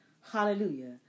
Hallelujah